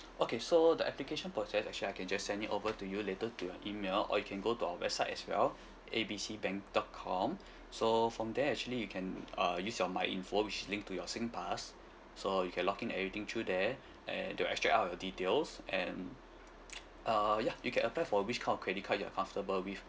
okay so the application process actually I can just send it over to you later to your email or you can go to our website as well A B C bank dot com so from there actually you can uh use your my info which linked to your singpass so you can log in everything through there and they will extract out your details and uh ya you can apply for which kind of credit card you're comfortable with